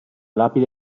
lapide